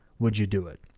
would you do it?